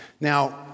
Now